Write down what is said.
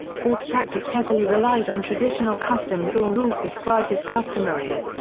court practice heavily relied on traditional customs or rules described as customary.